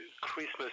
Christmas